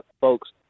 folks